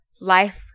life